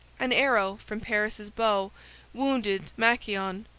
an arrow from paris's bow wounded machaon,